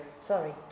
Sorry